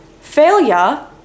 Failure